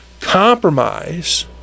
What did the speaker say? compromise